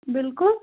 بِلکُل